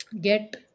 get